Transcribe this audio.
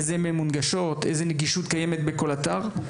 איזה מהם מונגשות איזה נגישות קיימת בכל אתר,